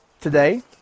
today